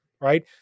right